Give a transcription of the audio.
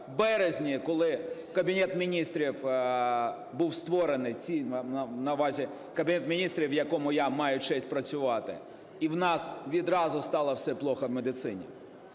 у березні, коли Кабінет Міністрів був створений, Кабінет Міністрів, в якому я маю честь працювати, і у нас відразу стало все погано в медицині.